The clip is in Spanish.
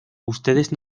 ustedes